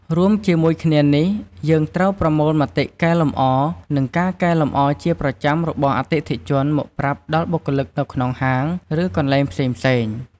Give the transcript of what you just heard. រួមជាមួយគ្នានេះយើងត្រូវប្រមូលមតិកែលម្អ និងការកែលម្អជាប្រចាំរបស់អតិថិជនមកប្រាប់ដល់បុគ្គលិកនៅក្នុងហាងឬកន្លែងផ្សេងៗ។